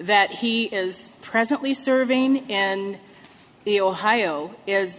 that he is presently serving and the ohio